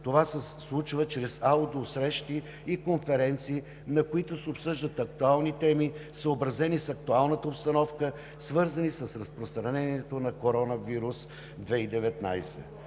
Това се случва чрез аудиосрещи и конференции, на които се обсъждат актуални теми, съобразени с актуалната обстановка, свързани с разпространението на коронавирус 2019.